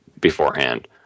beforehand